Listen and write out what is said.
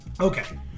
Okay